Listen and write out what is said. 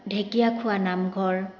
Dhekiakhowa নামঘৰ